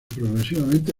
progresivamente